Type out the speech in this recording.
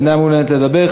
אינה מעוניינת לדבר.